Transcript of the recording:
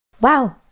Wow